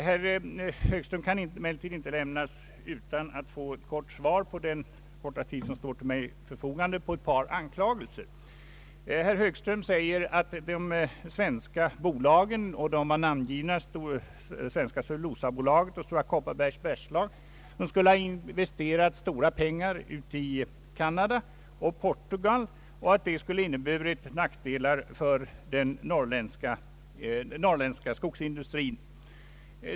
Herr Högström kan emellertid inte lämnas utan att få ett svar på ett par anklagelser så långt detta nu är möjligt under den korta tid som står till mitt förfogande. Herr Högström säger att Svenska cellulosa AB och Stora Kopparbergs bergslags AB investerat stora summor i Canada och Portugal samt att detta skulle innebära nackdelar för den norrländska skogsindustrin.